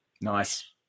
Nice